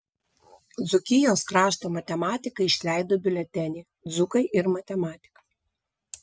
dzūkijos krašto matematikai išleido biuletenį dzūkai ir matematika